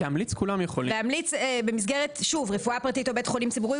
הוא יכול לתת המלצה במסגרת רפואה פרטית או בית חולים ציבורי,